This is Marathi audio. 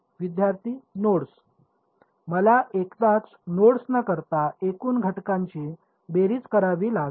विद्यार्थीः नोड्स मला एकदाच नोड्स न करता एकूण घटकांची बेरीज करावी लागेल